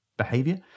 behavior